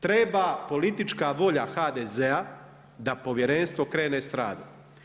Treba politička volja HDZ-a da povjerenstvo krene sa radom.